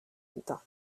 gantañ